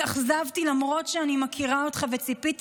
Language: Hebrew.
התאכזבתי למרות שאני מכירה אותך וצפיתי